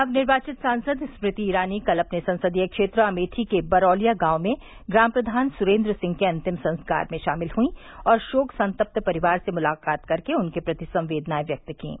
नवनिर्वाचित सांसद स्मृति ईरानी कल अपने संसदीय क्षेत्र अमेठी के बरौलिया गांव में ग्राम प्रधान सुरेन्द्र सिंह के अन्तिम संस्कार में शामिल हुई और शोक संतप्त परिवार से मुलाकात कर के उनके प्रति संवेदनाएं व्यक्त कीं